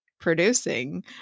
producing